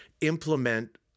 implement